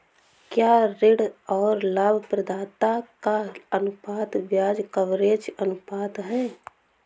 क्या ऋण और लाभप्रदाता का अनुपात ब्याज कवरेज अनुपात है?